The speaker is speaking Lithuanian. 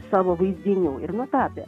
savo vaizdinių ir nutapė